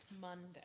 Monday